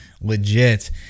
legit